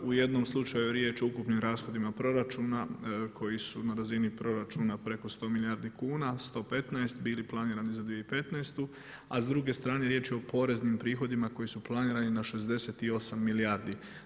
U jednom slučaju je riječ o ukupnim rashodima proračuna koji su na razini proračuna preko 100 milijardi kuna, 115 bili planirani za 2015. a s druge strane riječ je o poreznim prihodima koji su planirani na 68 milijardi.